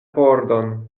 pordon